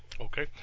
Okay